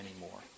anymore